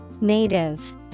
native